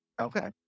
Okay